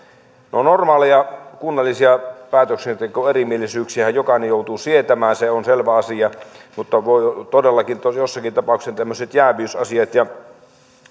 no normaaleja kunnallisia päätöksentekoerimielisyyksiähän jokainen joutuu sietämään se on selvä asia mutta todellakin jossakin tapauksessa tämmöisiä jääviysasioita ja sitä tilannetta